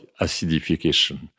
acidification